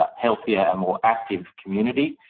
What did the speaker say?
um healthier and more active community,